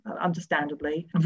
understandably